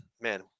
man